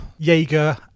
jaeger